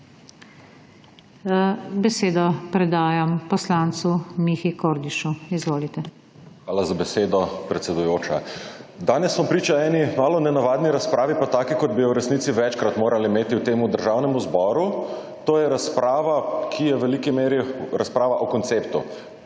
Besedo predajam poslancu Mihi Kordišu. Izvolite. **MIHA KORDIŠ (PS Levica):** Hvala za besedo, predsedujoča. Danes smo priča eni malo nenavadni razpravi pa taki kot bi jo v resnici večkrat morali imeti v tem Državnem zboru. To je razprava, ki je v veliki meri razprava o konceptu.